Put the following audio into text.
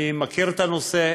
אני מכיר את הנושא,